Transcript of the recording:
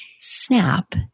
snap